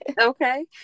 Okay